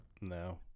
No